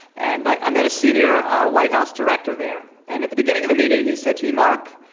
and i met a senior white house director there. and at the beginning of the meeting, he said to me, mark,